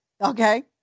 Okay